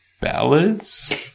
ballads